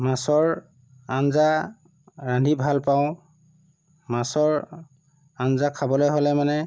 মাছৰ আঞ্জা ৰান্ধি ভাল পাওঁ মাছৰ আঞ্জা খাবলৈ হ'লে মানে